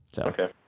Okay